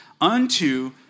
unto